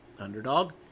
Underdog